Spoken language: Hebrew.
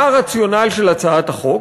מה הרציונל של הצעת החוק?